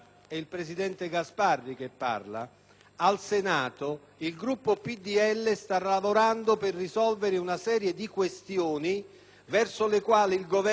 al Senato il Gruppo PdL sta lavorando per risolvere una serie di questioni verso le quali il Governo ha mostrato la sua disponibilità.